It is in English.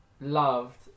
loved